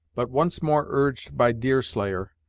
but once more urged by deerslayer,